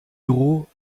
büro